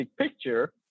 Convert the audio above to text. picture